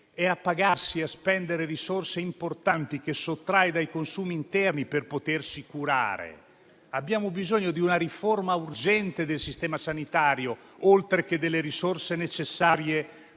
sanitarie e a spendere risorse importanti, che sottrae dai consumi interni, per potersi curare. Abbiamo bisogno di una riforma urgente del sistema sanitario, oltre che delle risorse necessarie